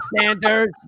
Sanders